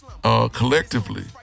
Collectively